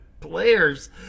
players